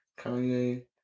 Kanye